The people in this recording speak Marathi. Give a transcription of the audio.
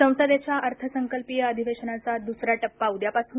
संसदेच्या अर्थसंकल्पीय अधिवेशनाचा दुसरा टप्पा उद्यापासून